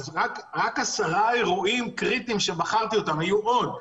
עשרה אירועים קריטיים שבחרתי אותם, אבל היו עוד.